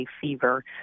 fever